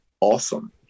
awesome